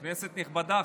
כנסת נכבדה,